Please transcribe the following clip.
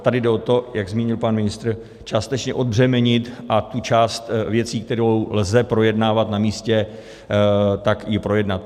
Tady jde o to, jak zmínil pan ministr, částečně odbřemenit a tu část věcí, kterou lze projednávat na místě, tak ji projednat.